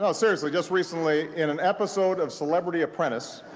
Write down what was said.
ah seriously, just recently, in an episode of celebrity apprentice,